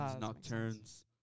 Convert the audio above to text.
nocturnes